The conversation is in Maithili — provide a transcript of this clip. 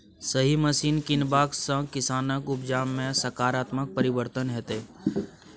सही मशीन कीनबाक सँ किसानक उपजा मे सकारात्मक परिवर्तन हेतै